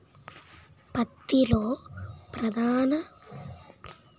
పత్తి లో ప్రధాన కలుపు మొక్కలు ఎంటి? వాటిని ఎలా నీవారించచ్చు?